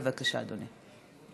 בבקשה, אדוני.